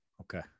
Okay